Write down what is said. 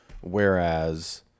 Whereas